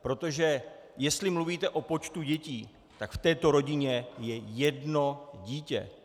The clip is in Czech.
Protože jestli mluvíte o počtu dětí, tak v této rodině je jedno dítě.